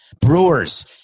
Brewers